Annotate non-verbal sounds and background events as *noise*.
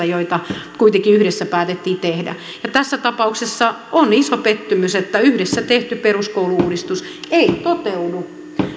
*unintelligible* joita kuitenkin yhdessä päätettiin tehdä tässä tapauksessa on iso pettymys että yhdessä tehty peruskoulu uudistus ei toteudu